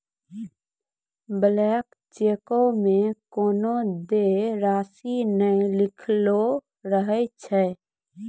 blank चेको मे कोनो देय राशि नै लिखलो रहै छै